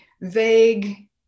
vague